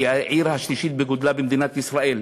היא העיר השלישית בגודלה במדינת ישראל,